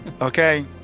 okay